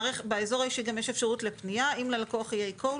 באזור האישי יש גם אפשרות לפנייה אם ללקוח יהיה עיקול,